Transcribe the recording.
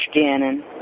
Gannon